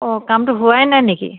অঁ কামটো হোৱাই নাই নেকি